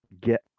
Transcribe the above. get